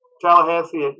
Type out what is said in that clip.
Tallahassee